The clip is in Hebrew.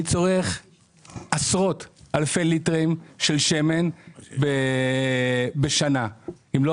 אני צורך עשרות אלפי ליטרים של שמן בשנה אם לא